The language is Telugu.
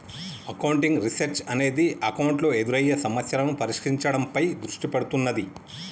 అకౌంటింగ్ రీసెర్చ్ అనేది అకౌంటింగ్ లో ఎదురయ్యే సమస్యలను పరిష్కరించడంపై దృష్టి పెడుతున్నాది